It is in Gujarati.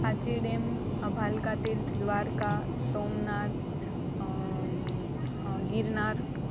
આજી ડેમ અભાલકા તીર્થ દ્વારકા સોમનાથ ગિરનાર